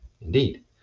Indeed